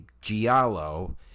Giallo